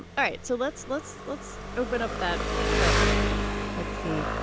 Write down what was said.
all right, so let's let's let's open up that phone let's see.